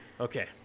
okay